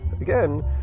again